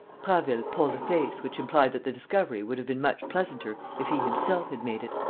prasville pulled a face which implied that the discovery would have been much pleasanter if he himself had made it.